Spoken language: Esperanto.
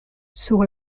sur